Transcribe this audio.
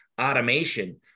automation